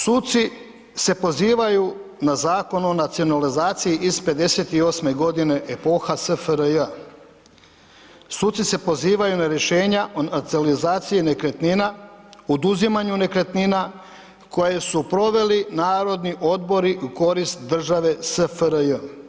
Suci se pozivaju na Zakon o nacionalizaciji iz 58.-me godine, Epoha SFRJ, suci se pozivaju na rješenja o nacionalizaciji nekretnina, oduzimanju nekretnina, koje su proveli Narodni odbori u korist države SFRJ.